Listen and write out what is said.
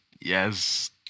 yes